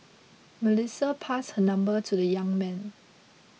Melissa passed her number to the young man